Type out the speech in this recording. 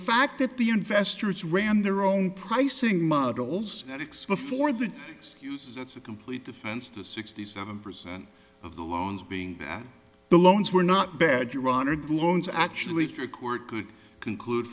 fact that the investors ran their own pricing models for the use it's a complete offense to sixty seven percent of the loans being bad the loans were not bad your honored loans actually record could conclude